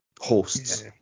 hosts